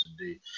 indeed